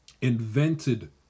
Invented